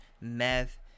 meth